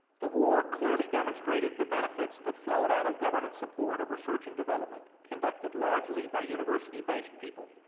the war clearly demonstrated the benefits that flowed out of government support of research and development, conducted largely by university-based people.